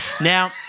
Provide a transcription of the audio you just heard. Now